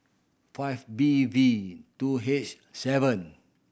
five B V two H seven